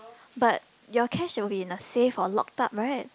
but your cash will be in a safe or locked up right